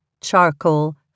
charcoal